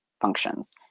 functions